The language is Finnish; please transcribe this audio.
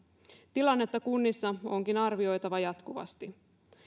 tilannetta kunnissa onkin arvioitava jatkuvasti